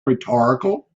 rhetorical